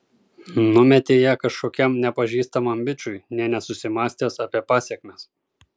numetei ją kažkokiam nepažįstamam bičui nė nesusimąstęs apie pasekmes